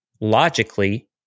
logically